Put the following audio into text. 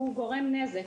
הוא גורם נזק.